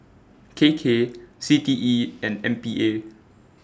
K K C T E and M P A